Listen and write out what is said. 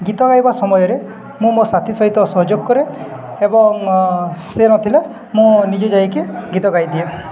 ଗୀତ ଗାଇବା ସମୟରେ ମୁଁ ମୋ ସାଥି ସହିତ ସହଯୋଗ କରେ ଏବଂ ସେ ନଥିଲେ ମୁଁ ନିଜେ ଯାଇକି ଗୀତ ଗାଇଦିଏ